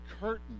curtain